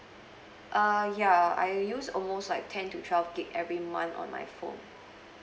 err ya I use almost like ten to twelve gig~ every month on my phone